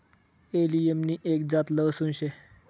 allium नि एक जात लहसून शे